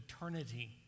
eternity